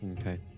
Okay